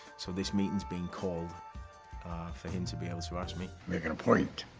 so this meeting's been called for him to be able to ask me. making a point.